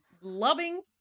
loving